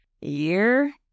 year